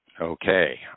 okay